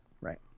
Right